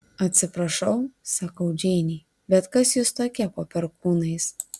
atsiprašau sakau džeinei bet kas jūs tokia po perkūnais